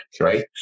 right